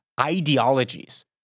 ideologies